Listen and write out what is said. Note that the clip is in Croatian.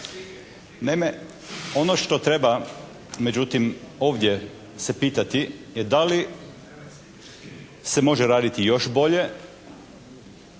ono što treba međutim ovdje se pitati je da li se može raditi još bolje